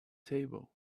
table